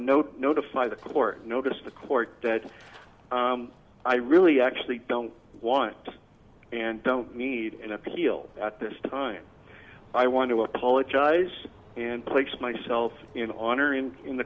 notify the court notice the court that i really actually don't want and don't need an appeal at this time i want to apologize and place myself in on